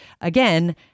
again